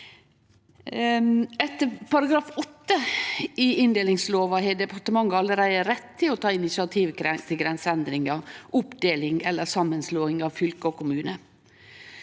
Etter § 8 i inndelingslova har departementet allereie rett til å ta initiativ til grenseendringar, oppdeling eller samanslåing av fylke og kommunar.